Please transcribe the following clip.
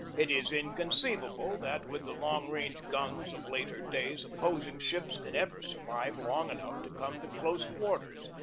it is inconceivable that with the long-range guns of later days opposing ships can ever survive long enough to come to close quarters,